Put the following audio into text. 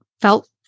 felt